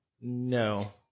no